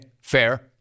fair